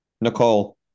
Nicole